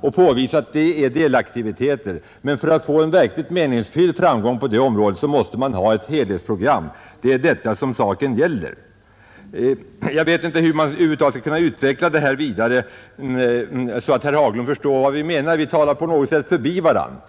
och påvisade att detta är delaktiviteter. För att få en meningsfylld framgång på detta område måste man ha ett helhetsprogram. Det är detta som saken gäller. Jag vet inte hur man över huvud taget skall kunna utveckla detta vidare så att herr Haglund förstår vad vi menar. Vi talar på något sätt förbi varandra.